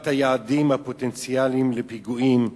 בבחירת היעדים הפוטנציאליים לפיגועים,